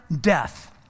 death